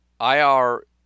IR